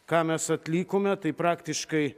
ką mes atlikome tai praktiškai